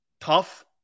Tough